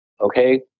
okay